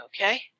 Okay